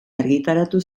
argitaratu